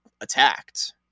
attacked